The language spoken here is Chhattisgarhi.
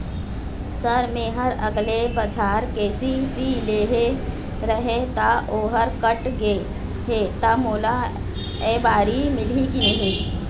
सर मेहर अगले बछर के.सी.सी लेहे रहें ता ओहर कट गे हे ता मोला एबारी मिलही की नहीं?